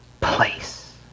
place